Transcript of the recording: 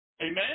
Amen